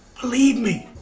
believe me.